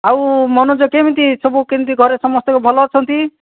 ଆଉ ମନୋଜ କେମିତି ସବୁ କେମିତି ଘରେ ସମସ୍ତେ ଭଲ ଅଛନ୍ତି